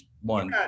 one